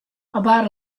about